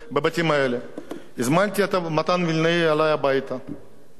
הזמנתי את מתן וילנאי אלי הביתה והראיתי איפה אני גר.